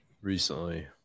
recently